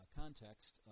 context